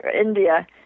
India